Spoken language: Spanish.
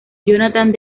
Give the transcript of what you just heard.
jonathan